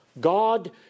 God